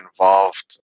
involved